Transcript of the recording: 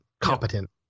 competent